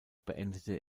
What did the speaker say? beendete